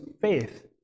faith